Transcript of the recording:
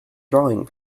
drawing